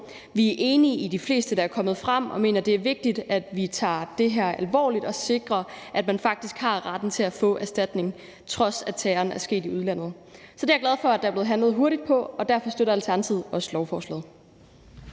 Vi er enige i de fleste af dem, der er kommet frem, og mener, at det er vigtigt, at vi tager det her alvorligt og sikrer, at man faktisk har ret til at få erstatning, trods at terroren er sket i udlandet. Så det er jeg glad for at der er blevet handlet hurtigt på, og derfor støtter Alternativet også lovforslaget.